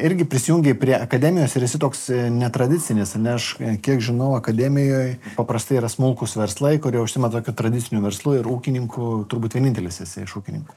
irgi prisijungei prie akademijos ir esi toks netradicinis ar ne aš kiek žinau akademijoj paprastai yra smulkūs verslai kurie užsiima tokiu tradiciniu verslu ir ūkininkų turbūt vienintelis iš ūkininkų